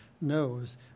knows